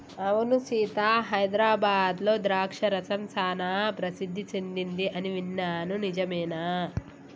అవును సీత హైదరాబాద్లో ద్రాక్ష రసం సానా ప్రసిద్ధి సెదింది అని విన్నాను నిజమేనా